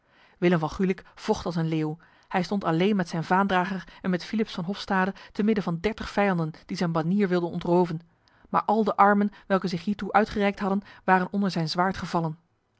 willem van gulik vocht als een leeuw hij stond alleen met zijn vaandrager en met philips van hofstade te midden van dertig vijanden die zijn banier wilden ontroven maar al de armen welke zich hiertoe uitgereikt hadden waren onder zijn zwaard gevallen